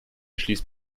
schließt